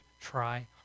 try